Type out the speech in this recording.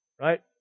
Right